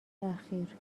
اخیر